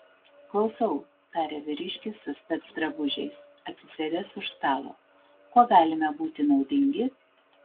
klausau tarė vyriškis su specdrabužiais atsisėdęs už stalo kuo galime būti naudingi